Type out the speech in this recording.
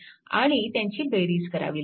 आणि त्यांची बेरीज करावी लागेल